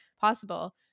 possible